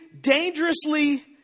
dangerously